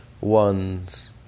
ones